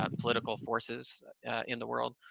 um political forces in the world.